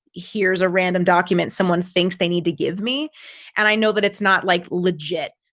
here's a random document someone thinks they need to give me and i know that it's not, like legit.